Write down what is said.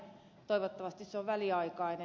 toivottavasti se on väliaikainen